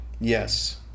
Yes